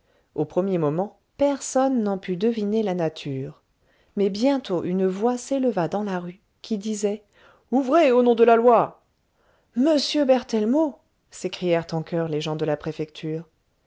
au premier moment personne n'en put deviner la nature mais bientôt une voix s'éleva dans la rue qui disait ouvrez au nom de la loi m berthellemot s'écrièrent en choeur les gens de la préfecture